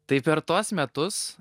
tai per tuos metus